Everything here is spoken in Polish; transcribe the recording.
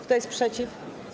Kto jest przeciw?